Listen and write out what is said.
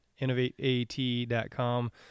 InnovateAT.com